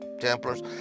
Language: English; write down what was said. Templars